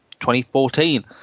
2014